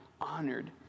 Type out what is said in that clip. honored